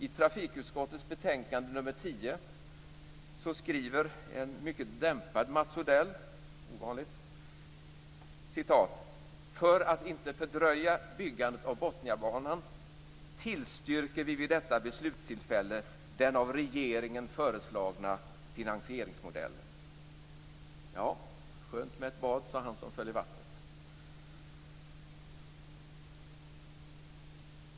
I trafikutskottets betänkande nr 10 skriver en ovanligt dämpad Mats Odell följande: "För att inte fördröja byggandet av Botniabanan - tillstyrker vi vid detta beslutstillfälle den av regeringen föreslagna finansieringsmodellen". Skönt med ett bad, sade han som föll i vattnet.